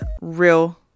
real